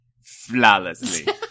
flawlessly